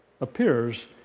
appears